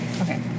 Okay